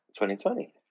2020